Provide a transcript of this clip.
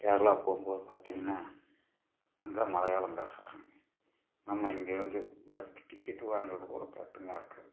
கேரளா போகும் போது பார்த்திங்கன்னா அங்கே மலையாளம் பேசுகிறாங்க நம்ம இங்கே வந்து பஸ்ஸுக்கு டிக்கெட் வாங்குவது கூட கஸ்டமாக இருக்குது